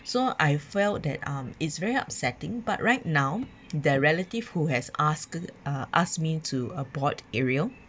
so I felt that um it's very upsetting but right now the relative who has asked uh asked me to abort ariel